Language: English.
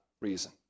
reason